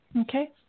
Okay